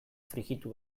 frijitu